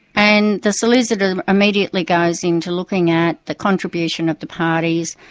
and the solicitor immediately goes into looking at the contribution of the parties,